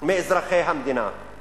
מאזרחי המדינה.